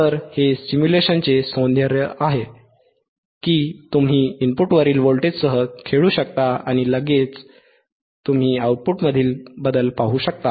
तर हे सिम्युलेशनचे सौंदर्य आहे की तुम्ही इनपुटवरील व्होल्टेजसह खेळू शकता आणि लगेचच तुम्ही आउटपुटमधील बदल पाहू शकता